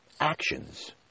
actions